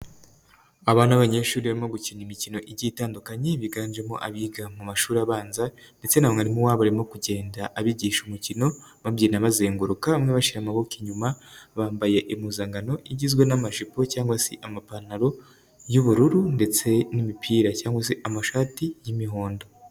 Aba ni abanyeshuri barimo gukina imikino igiye itandukanye biganjemo abiga mu mashuri abanza ndetse na mwarimu wabo arimo kugenda abigisha umukino babyina bazenguruka bamwe bashyirara amaboko inyuma bambaye impuzankano igizwe n'amajipo cyangwa se amapantalo y'ubururu ndetse n'imipira cyangwa se amashati y'imihondo.